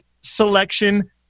selection